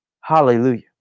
Hallelujah